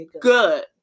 Good